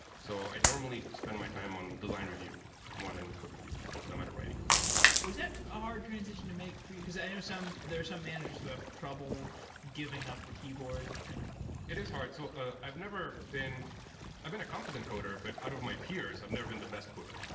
so i normally spend my time on design review more than code review, or for that matter, writing code was that a hard transition to make for you? because i know there are some managers who have trouble giving up the keyboard and it is hard. so i've never been i've been a competent coder, but out of my peers, i've never been the best coder.